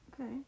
Okay